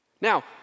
now